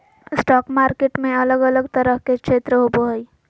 stock market में अलग अलग तरह के क्षेत्र होबो हइ